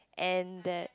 and that